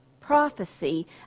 prophecy